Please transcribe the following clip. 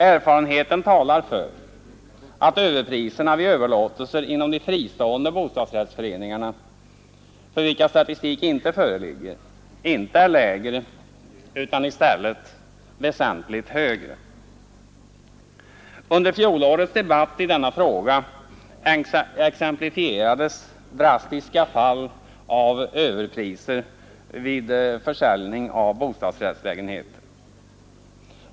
Erfarenheten talar för att överpriserna vid överlåtelser inom de fristående bostadsrättsföreningarna, för vilka statistik inte föreligger, inte är lägre utan i stället väsentligt högre. Under fjolårets debatt i denna fråga exemplifierades drastiska fall av överpriser vid försäljning av bostadsrättslägenheter.